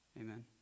Amen